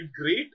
great